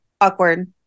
awkward